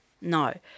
No